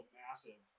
massive